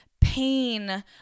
pain